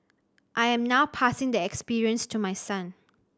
I am now passing the experience to my son